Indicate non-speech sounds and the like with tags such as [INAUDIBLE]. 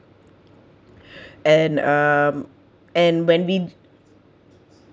[BREATH] and um and when we